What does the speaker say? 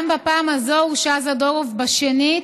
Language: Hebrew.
גם בפעם הזאת הורשע זדורוב, שנית,